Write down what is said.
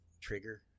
trigger